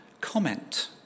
comment